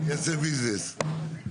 יעשה מזה ביזנס.